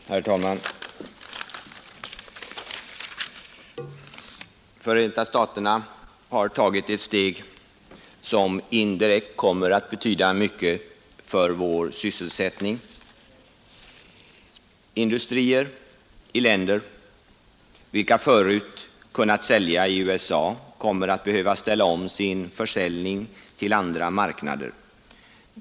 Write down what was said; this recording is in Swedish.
Herr talman! Förenta staterna har tagit ett steg som indirekt kommer att betyda mycket för vår sysselsättning. Industrier i länder, vilka förut kunnat sälja i USA, kommer att behöva ställa om sin försäljning till andra marknader.